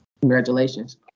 Congratulations